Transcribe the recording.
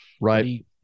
Right